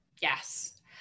Yes